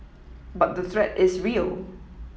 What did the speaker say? but the threat is real